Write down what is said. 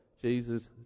Jesus